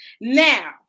now